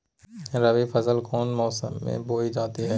रबी फसल कौन मौसम में बोई जाती है?